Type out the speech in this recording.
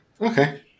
Okay